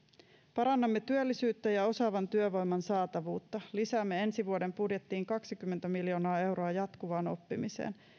parannamme työllisyyttä ja osaavan työvoiman saatavuutta lisäämme ensi vuoden budjettiin kaksikymmentä miljoonaa euroa jatkuvaan oppimiseen